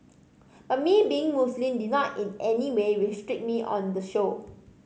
but me being Muslim did not in any way restrict me on the show